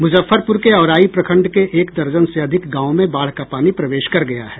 मुजफ्फरपुर के औराई प्रखंड के एक दर्जन से अधिक गांवों में बाढ़ का पानी प्रवेश कर गया है